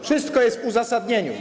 Wszystko jest w uzasadnieniu.